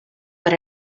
what